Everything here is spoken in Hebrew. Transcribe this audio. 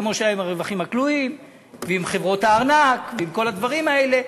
כמו שהיה עם הרווחים הכלואים ועם חברות הארנק ועם כל הדברים האלה.